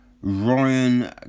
Ryan